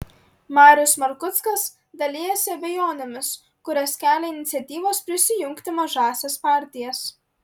marius markuckas dalijasi abejonėmis kurias kelia iniciatyvos prisijungti mažąsias partijas